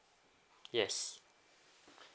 yes